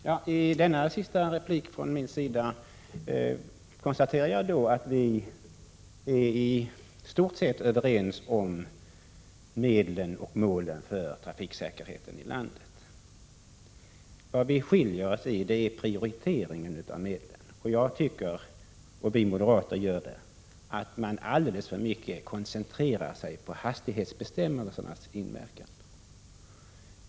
Herr talman! I denna sista replik från min sida konstaterar jag att vi är i stort sett överens om medlen och målen för trafiksäkerhetsarbetet här i landet. Vad vi skiljer oss i är prioriteringen av medlen. Vi moderater tycker att man alldeles för mycket koncentrerar sig på hastighetsbestämmelsernas inverkan.